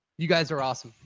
you guys are awesome,